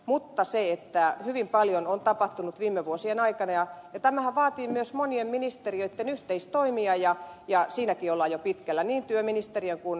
mutta hyvin paljon on tapahtunut viime vuosien aikana ja tämähän vaatii myös monien ministeriöitten yhteistoimia ja siinäkin ollaan jo pitkällä niin työministeriön kuin